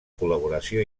col·laboració